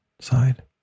side